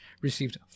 received